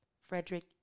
Frederick